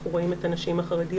אנחנו רואים את הנשים החרדיות,